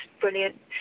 brilliant